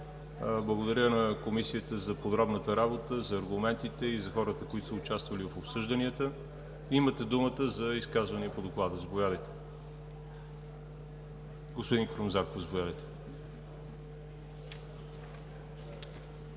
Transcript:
Благодаря на Комисията за подробната работа, за аргументите и за хората, които са участвали в обсъжданията. Имате думата за изказвания по Доклада. Господин Крум Зарков – заповядайте.